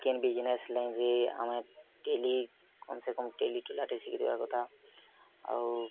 କେନ୍ business ଲେଗିଁ ଆମେ daily କମସେ କମ୍ ଟେଲି ଟୁଲା ଟେ ସିକି ଯିବା କଥା ଆଉ